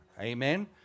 Amen